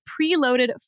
preloaded